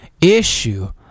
issue